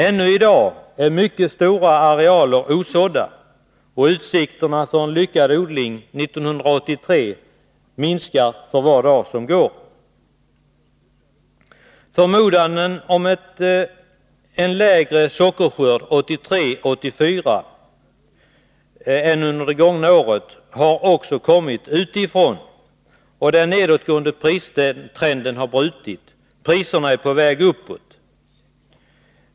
Ännu i dag är mycket stora arealer osådda, och utsikterna för en lyckad odling 1983 minskar för varje dag som går. Förmodanden om en lägre sockerskörd 1983-1984 än under det gångna året har också kommit utifrån, den nedåtgående pristrenden har brutits, och priserna är på väg uppåt.